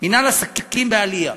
מינהל עסקים בעלייה,